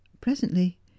Presently